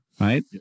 Right